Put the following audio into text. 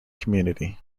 community